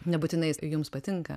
nebūtinai jums patinka